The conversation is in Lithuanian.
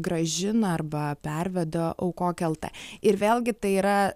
grąžina arba perveda aukok lt ir vėlgi tai yra